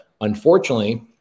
Unfortunately